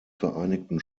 vereinigten